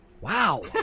Wow